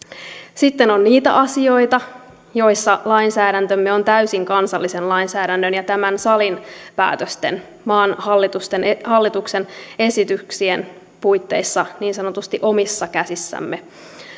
sitten on niitä asioita joissa lainsäädäntömme on täysin kansallisen lainsäädännön ja tämän salin päätösten maan hallituksen esityksien puitteissa niin sanotusti omissa käsissämme